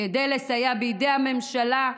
כדי לסייע בידי הממשלה,